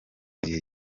gihe